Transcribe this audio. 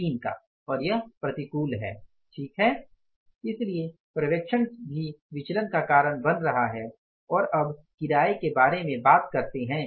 ३ और यह प्रतिकूल है ठीक है इसलिए पर्यवेक्षण भी विचलन का कारण बन रहा है और अब किराए के बारे में बात करते हैं